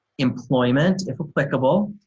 employment if applicable,